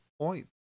point